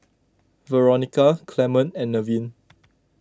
Veronica Clemon and Nevin